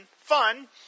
Fun